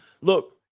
Look